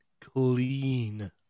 clean